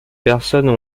personnes